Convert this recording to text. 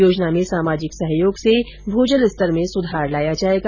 योजना में सामाजिक सहयोग से भू जल स्तर में सुधार लाया जायेगा